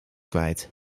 kwijt